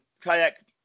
kayak